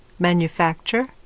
Manufacture